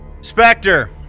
Spectre